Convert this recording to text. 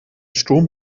sturm